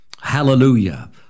Hallelujah